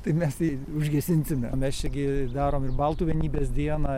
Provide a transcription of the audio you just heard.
tai mes jį užgesinsime mes čia gi darom ir baltų vienybės dieną